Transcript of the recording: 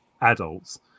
adults